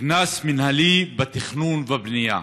קנס מינהלי בתכנון ובנייה.